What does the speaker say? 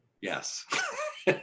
Yes